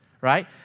right